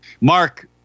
Mark